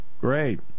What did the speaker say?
Great